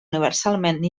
universalment